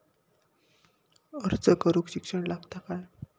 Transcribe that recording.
अर्ज करूक शिक्षण लागता काय?